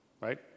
Right